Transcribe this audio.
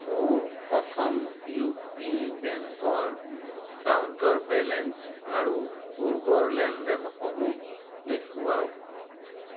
মোৰ প্ৰথম ইউপি বেংকৰ একাউণ্টৰ বেলেঞ্চ আৰু পূৰ্বৰ লেনদেনসমূহ দেখুৱাওক